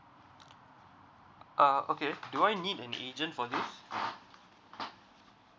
uh okay do I need an agent for this